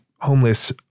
Homeless